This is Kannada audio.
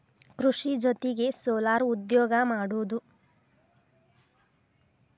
ಕೃಷಿ ಜೊತಿಗೆ ಸೊಲಾರ್ ಉದ್ಯೋಗಾ ಮಾಡುದು